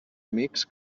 amics